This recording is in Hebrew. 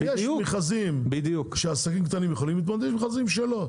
יש מכרזים שעסקים קטנים יכולים להתמודד ויש עסקים שלא,